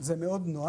זה נוח מאוד.